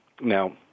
now